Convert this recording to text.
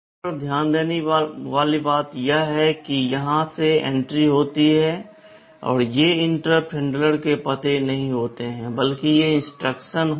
ध्यान देने वाली बात यह है कि यहां से एंट्री होती है ये इंटरप्ट हैंडलर के पते नहीं होते हैं बल्कि ये इंस्ट्रक्शन होते हैं